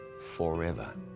forever